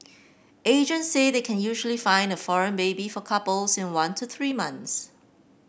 agent say they can usually find a foreign baby for couples in one to three months